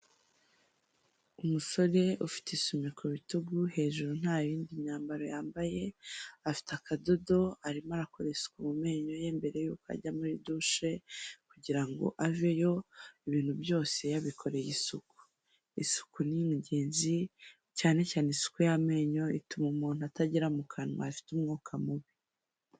Umusore ufite isume ku bitugu hejuru nta yindi myambaro yambaye, afite akadodo arimo arakora isuku mu menyo ye mbere yuko ajya muri dushe, kugira ngo aveyo ibintu byose yabikoreye isuku. Isuku ni ingenzi cyane cyane isuku y'amenyo; ituma umuntu atagira mu kanwa hafite umwuka mubi.